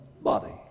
body